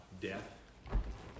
Death